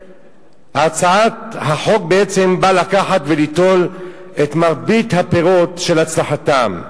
הצעת החוק בעצם באה לקחת וליטול את מרבית הפירות של הצלחתם.